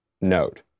note